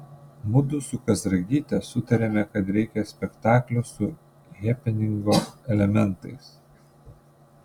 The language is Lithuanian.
mudu su kazragyte sutarėme kad reikia spektaklio su hepeningo elementais